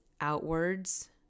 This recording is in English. outwards